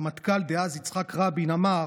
הרמטכ"ל דאז יצחק רבין אמר